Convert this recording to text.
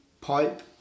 pipe